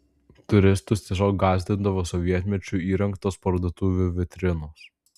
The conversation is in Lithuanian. turistus tiesiog gąsdindavo sovietmečiu įrengtos parduotuvių vitrinos